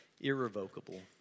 irrevocable